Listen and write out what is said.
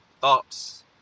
thoughts